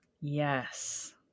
Yes